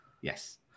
Yes